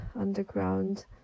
underground